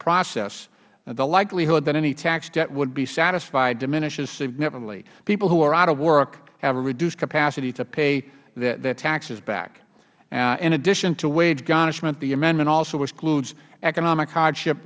process the likelihood that any tax debt would be satisfied diminishes significantly people who are out of work have a reduced capacity to pay their taxes back in addition to wage garnishment the amendment also excludes economic hardship